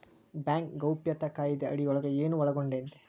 Bank ಗೌಪ್ಯತಾ ಕಾಯಿದೆ ಅಡಿಯೊಳಗ ಏನು ಒಳಗೊಂಡೇತಿ?